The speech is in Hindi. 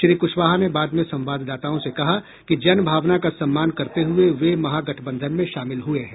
श्री कुशवाहा ने बाद में संवाददाताओं से कहा कि जन भावना का सम्मान करते हुए वे महागठबंधन में शामिल हुए हैं